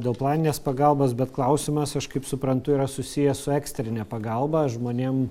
dėl planinės pagalbos bet klausimas aš kaip suprantu yra susiję su ekstrine pagalba žmonėm